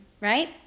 right